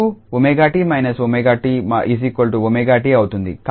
2𝜔𝑡−𝜔𝑡 𝜔𝑡 అవుతుంది